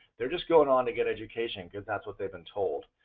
they are just going on to get education because that's what they been told.